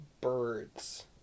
birds